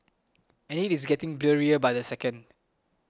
and it is getting blurrier by the second